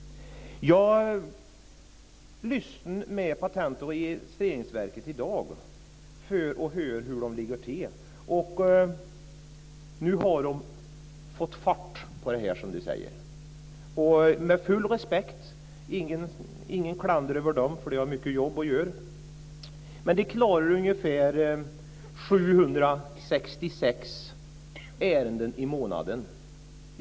Jag lyssnade med Patent och registreringsverket tidigare i dag för att höra hur de ligger till. Nu har man, som de säger, fått fart på det här. Med full respekt - alltså inget klander, för de har mycket jobb - vill jag ändå säga att de just nu klarar ungefär 766 ärenden i månaden.